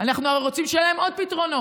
אנחנו הרי רוצים שיהיו להן עוד פתרונות.